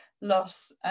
loss